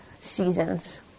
seasons